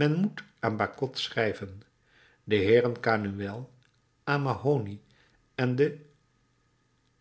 men moet aan bacot schrijven de heeren canuel o'mahony en de